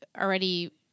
already